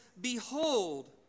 behold